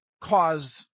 caused